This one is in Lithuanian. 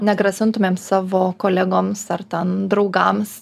negrasintumėm savo kolegoms ar ten draugams